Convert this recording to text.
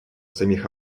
самих